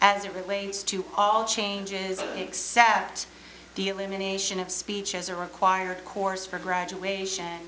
as it relates to all changes except deal in the nation of speech as a required course for graduation